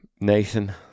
Nathan